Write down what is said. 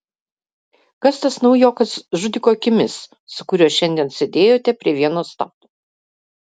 kas tas naujokas žudiko akimis su kuriuo šiandien sėdėjote prie vieno stalo